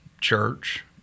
church